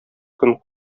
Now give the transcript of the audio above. көн